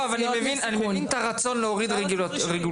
יואב, אני מבין את הרצון להוריד רגולציה.